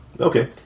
Okay